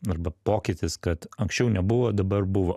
arba pokytis kad anksčiau nebuvo dabar buvo